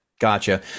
Gotcha